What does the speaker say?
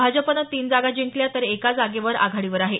भाजपनं तीन जागा जिंकल्या तर एका जागेवर आघाडीवर आहे